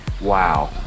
Wow